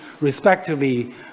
respectively